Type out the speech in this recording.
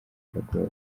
biragoye